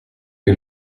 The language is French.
que